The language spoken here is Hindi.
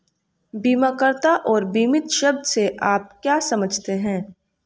बीमाकर्ता और बीमित शब्द से आप क्या समझते हैं?